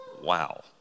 Wow